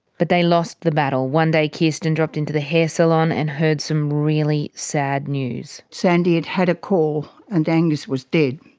but they lost the battle. one day kirsten dropped into the hair salon and heard some really sad news. sandy had had a call, and angus was dead.